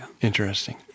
Interesting